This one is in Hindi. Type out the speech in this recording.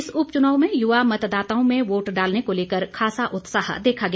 इस उपच्नाव में युवा मतदाताओं में वोट डालने को लेकर खासा उत्साह देखा गया